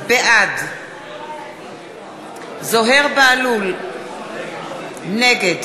בעד זוהיר בהלול, נגד